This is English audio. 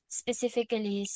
specifically